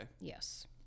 Yes